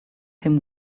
him